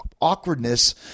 awkwardness